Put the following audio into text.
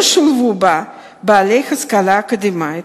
לא שולבו בה בעלי השכלה אקדמית.